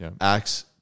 Acts